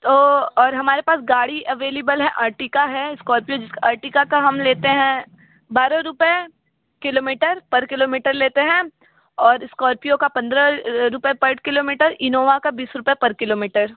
तो और हमारे पास गाड़ी एवेलीबल है अर्टिका है स्कौर्पिओ अर्टिका का हम लेते हैं बारह रुपये किलोमीटर पर किलोमीटर लेते हैं हम और स्कौर्पियो का पंद्रह रुपये पर किलोमीटर इनोवा का बीस रुपये पर किलोमीटर